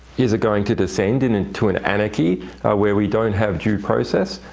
is it going to descend and into an anarchy where we don't have due process,